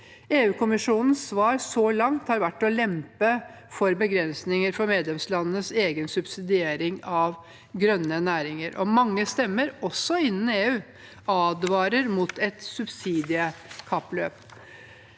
EU-kommisjonens svar så langt har vært å lempe på begrensninger for medlemslandenes egen subsidiering av grønne næringer, og mange stemmer, også innen EU, advarer mot et subsidiekappløp.